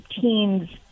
teens